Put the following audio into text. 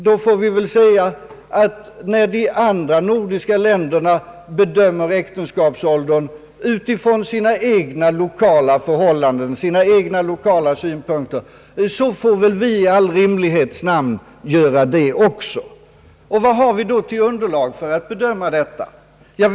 Då måste jag säga att när de andra nordiska länderna bedömer äktenskapsåldern utifrån sina egna lokala förhållanden och synpunkter, får väl vi i rimlighetens namn också göra det. Vad har vi nu för underlag för att bedöma detta?